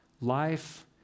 Life